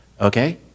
okay